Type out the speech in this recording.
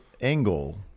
Angle